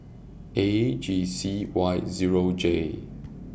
A G C Y Zero J